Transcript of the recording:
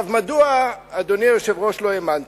מדוע, אדוני היושב-ראש, לא האמנתי?